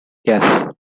yes